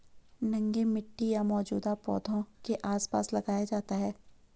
नंगे मिट्टी या मौजूदा पौधों के आसपास लगाया जाता है